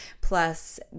plus